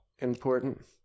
important